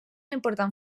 important